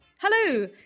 Hello